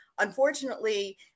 Unfortunately